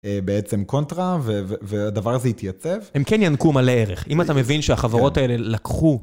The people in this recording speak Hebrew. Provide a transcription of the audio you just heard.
בעצם קונטרה, והדבר הזה התייצב. הם כן ינקו מלא ערך, אם אתה מבין שהחברות האלה לקחו...